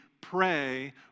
pray